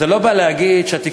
זה לא בא להגיד שהתקשורת,